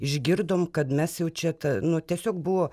išgirdom kad mes jau čia ta nu tiesiog buvo